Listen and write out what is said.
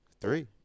three